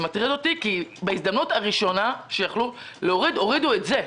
זה מטריד אותי כי בהזדמנות הראשונה שיכלו הורידו את זה.